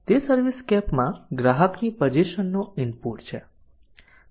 તે સર્વિસસ્કેપમાં ગ્રાહકની પઝેશનનો ઇનપુટ છે